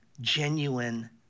genuine